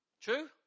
True